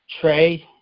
Trey